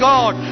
God